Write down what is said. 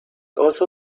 also